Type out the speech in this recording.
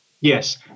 yes